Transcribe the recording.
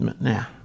Now